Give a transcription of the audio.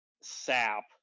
sap